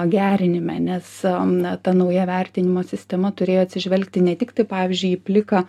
gerinime nes na ta nauja vertinimo sistema turėjo atsižvelgti ne tiktai pavyzdžiui į pliką